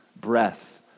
breath